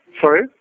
Sorry